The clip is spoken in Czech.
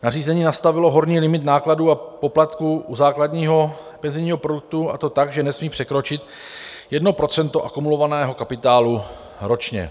Nařízení nastavilo horní limit nákladů a poplatků u základního penzijního produktu, a to tak, že nesmí překročit 1 % akumulovaného kapitálu ročně.